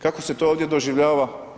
Kako se to ovdje doživljava?